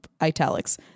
italics